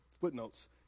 footnotes